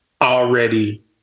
Already